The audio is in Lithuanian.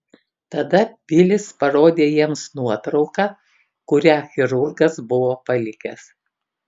tada bilis parodė jiems nuotrauką kurią chirurgas buvo palikęs